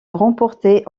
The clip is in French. remportée